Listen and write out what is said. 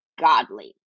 godly